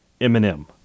Eminem